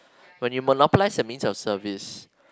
when you monopolize that's mean your service